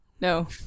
No